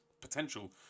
potential